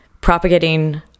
propagating